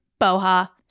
Boha